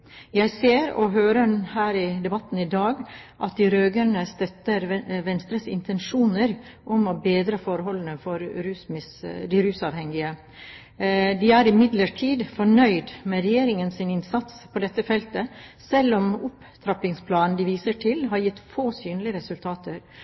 Jeg ser og hører her i debatten i dag at de rød-grønne støtter Venstre sine intensjoner om å bedre forholdene for de rusavhengige. De er imidlertid fornøyd med Regjeringens innsats på dette feltet, selv om opptrappingsplanen de viser til,